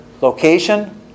location